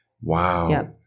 wow